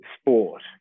sport